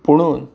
पुणून